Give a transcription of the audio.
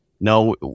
No